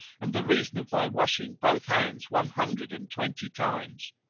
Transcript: and the reason of thy washing both hands one hundred and twenty times.